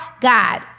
God